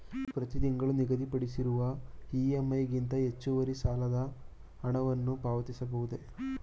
ಪ್ರತಿ ತಿಂಗಳು ನಿಗದಿಪಡಿಸಿರುವ ಇ.ಎಂ.ಐ ಗಿಂತ ಹೆಚ್ಚುವರಿ ಸಾಲದ ಹಣವನ್ನು ಪಾವತಿಸಬಹುದೇ?